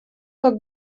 как